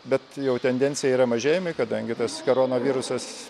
bet jau tendencija yra mažėjami kadangi tas karonavirusas